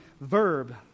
verb